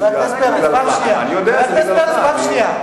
חבר הכנסת פרץ, פעם שנייה.